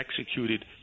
executed